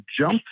jump